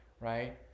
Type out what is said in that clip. right